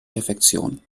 perfektion